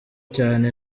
cyane